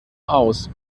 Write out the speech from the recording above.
aus